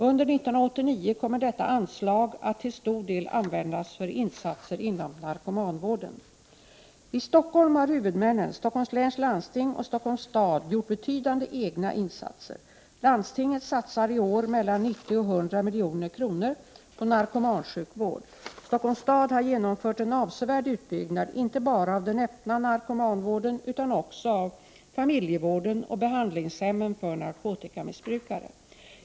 Under 1989 kommer detta anslag att till stor del användas för insatser inom narkomanvården. I Stockholm har huvudmännen, Stockholms läns landsting och Stockholms stad, gjort betydande egna insatser. Landstinget satsar i år mellan 90 och 100 milj.kr. på narkomansjukvård. Stockholms stad har genomfört en avsevärd utbyggnad inte bara av den öppna narkomanvården utan också av familjevården och behandlingshemmen för narkotikamissbrukare.